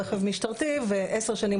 או רכב משטרתי ועשר שנים,